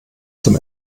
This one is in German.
zum